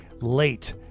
late